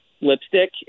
lipstick